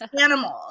animals